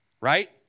right